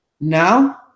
Now